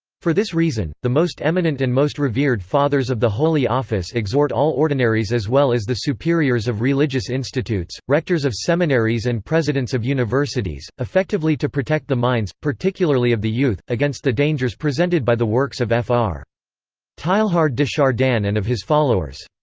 for this reason, the most eminent and most revered fathers of the holy office exhort all ordinaries as well as the superiors of religious institutes, rectors of seminaries and presidents of universities, effectively to protect the minds, particularly of the youth, against the dangers presented by the works of fr. teilhard de chardin and of his followers.